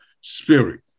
spirit